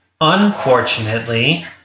unfortunately